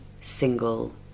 single